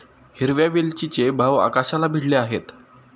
हिरव्या वेलचीचे भाव आकाशाला भिडले आहेत